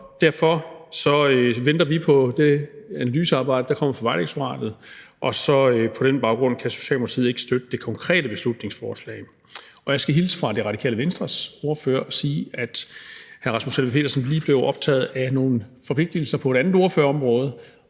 vi venter på det analysearbejde, der kommer fra Vejdirektoratet, og på den baggrund kan Socialdemokratiet ikke støtte det konkrete beslutningsforslag. Og jeg skal hilse fra Det Radikale Venstres ordfører og sige, at ordføreren, hr. Rasmus Helveg Petersen, lige blev optaget af nogle forpligtigelser på et andet ordførerområde,